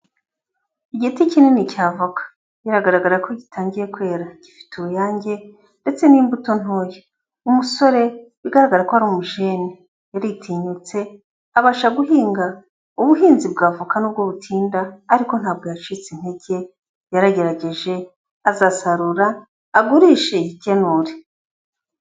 Igiti kinini cya voka, biragaragara ko gitangiye kwera, gifite uruyange ndetse n'imbuto ntoya, umusore bigaragara ko ari umujene, yaritinyutse abasha guhinga ubuhinzi bw'avoka nubwo butinda ariko ntabwo yacitse intege, yaragerageje azasarura agurishe yikenure.